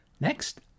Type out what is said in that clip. Next